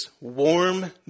warm